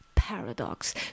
Paradox